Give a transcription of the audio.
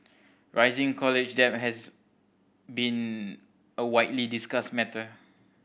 rising college debt has been a widely discussed matter